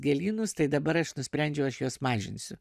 gėlynus tai dabar aš nusprendžiau aš juos mažinsiu